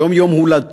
היום יום הולדתו.